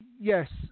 yes